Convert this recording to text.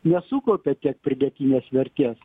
nesukaupia tiek pridėtinės vertės